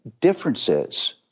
differences